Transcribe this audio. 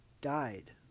died